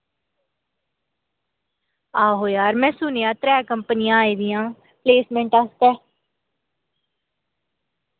आहो यार मैं सुनेया त्रै कंपनियां आई दियां प्लेसमैंट आस्तै